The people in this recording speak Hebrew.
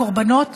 הקורבנות,